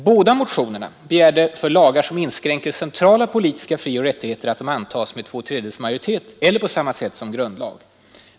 Båda motionerna begärde, för lagar som inskränker centrala politiska frioch rättigheter, att de antas med två tredjedels majoritet eller på samma sätt som grundlag.